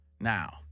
Now